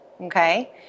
okay